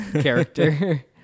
character